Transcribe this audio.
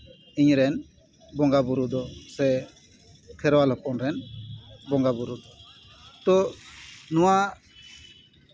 ᱤᱧ ᱨᱮᱱ ᱵᱚᱸᱜᱟ ᱵᱳᱨᱳ ᱫᱚ ᱥᱮ ᱠᱷᱮᱨᱣᱟᱞ ᱦᱚᱯᱚᱱ ᱨᱮᱱ ᱵᱚᱸᱜᱟ ᱵᱳᱨᱳ ᱫᱚ ᱱᱚᱣᱟ